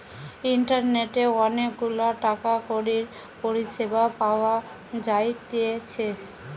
ইন্টারনেটে অনেক গুলা টাকা কড়ির পরিষেবা পাওয়া যাইতেছে